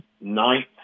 ninth